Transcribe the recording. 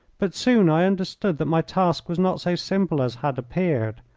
but soon i understood that my task was not so simple as had appeared.